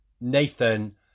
Nathan